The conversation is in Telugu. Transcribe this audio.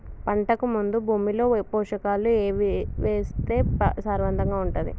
పంటకు ముందు భూమిలో పోషకాలు ఏవి వేస్తే సారవంతంగా ఉంటది?